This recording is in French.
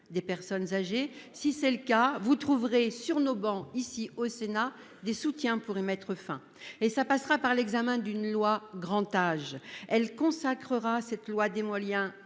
des personnes âgées. Si c'est le cas, vous trouverez sur nos bancs ici au Sénat des soutiens pourrait mettre fin et ça passera par l'examen d'une loi grand âge elle consacrera cette loi des moyens